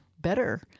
better –